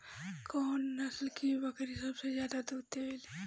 कौन नस्ल की बकरी सबसे ज्यादा दूध देवेले?